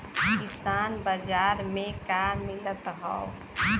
किसान बाजार मे का मिलत हव?